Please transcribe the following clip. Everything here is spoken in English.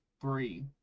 three